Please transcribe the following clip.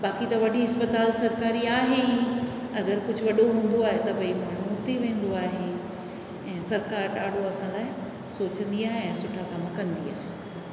बाक़ी त वॾी हिस्पताल सरकारी त आहे ई अगरि कुझु वॾो हूंदो आहे त उते भई माण्हू हुते ई वेंदो आहे ऐं सरकारु ॾाढो असल आहे सोचंदी आहे ऐं सुठा कमु कंदी आहे